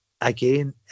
again